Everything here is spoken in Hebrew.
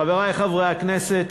חברי חברי הכנסת,